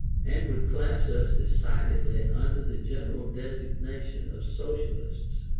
and would class us decidedly under the general designation of socialists.